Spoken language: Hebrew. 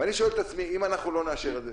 ואני שואל את עצמי, אם לא נאשר את זה,